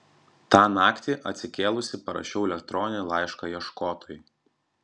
tą naktį atsikėlusi parašiau elektroninį laišką ieškotojai